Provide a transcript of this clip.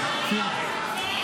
תודה רבה.